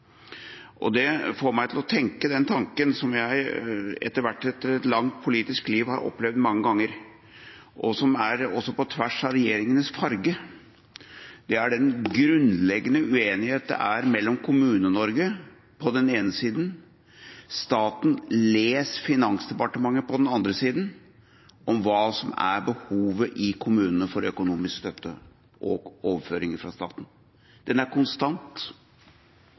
Det får meg til å tenke den tanken som jeg etter hvert etter et langt politisk liv har opplevd mange ganger, og som også er på tvers av regjeringenes farge, at det er en grunnleggende uenighet mellom Kommune-Norge på den ene siden og staten, les Finansdepartementet, på den andre siden om hva som er behovet i kommunene for økonomisk støtte og overføringer fra staten. Den er konstant.